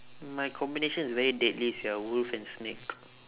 my combination is very deadly sia wolf and snake